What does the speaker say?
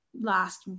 last